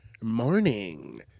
morning